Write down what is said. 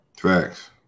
Facts